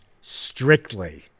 strictly